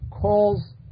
calls